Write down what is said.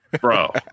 Bro